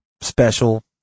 special